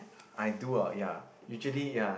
I do ah ya usually ya